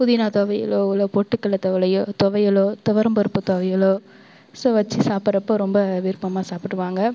புதினா துவையலோ இல்லை போட்டுக்கல்லை துவலையோ துவையலோ துவரம்பருப்பு துவையலோ ஸோ வச்சு சாப்பிட்றப்ப ரொம்ப விருப்பமாக சாப்பிடுவாங்க